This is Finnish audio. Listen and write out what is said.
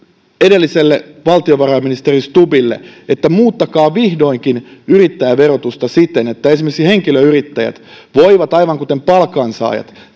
edelliselle valtiovarainministeri stubbille että muuttakaa vihdoinkin yrittäjäverotusta siten että esimerkiksi henkilöyrittäjät voivat aivan kuten palkansaajat